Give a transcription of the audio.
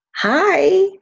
Hi